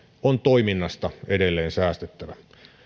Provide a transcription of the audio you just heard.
on toiminnasta edelleen säästettävä